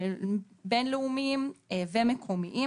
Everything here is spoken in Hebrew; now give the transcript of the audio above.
בין-לאומיים ומקומיים